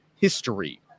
history